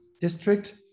district